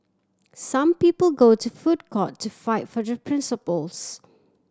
some people go to foot court to fight for their principles